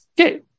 Okay